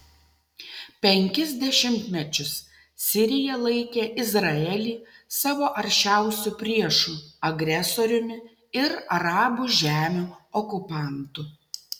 penkis dešimtmečius sirija laikė izraelį savo aršiausiu priešu agresoriumi ir arabų žemių okupantu